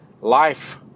life